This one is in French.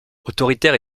autoritaire